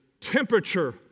temperature